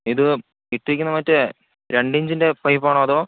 ഇത് ഇട്ടിരിക്കുന്ന മറ്റേ രണ്ടിഞ്ചിന്റെ പൈപ്പാണോ അതോ